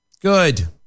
Good